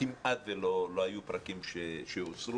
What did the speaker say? כמעט שלא היו פרקים שהוסרו.